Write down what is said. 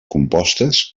compostes